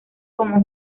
como